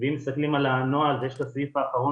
ואם מסתכלים על הנוהל ויש את הסעיף החרון